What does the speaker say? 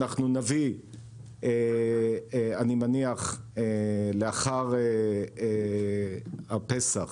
אני מניח שנביא לדיון לאחר הפסח